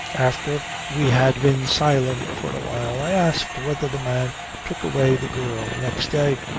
after we had been silent for a while i asked whether the man took away the girl next day.